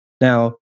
Now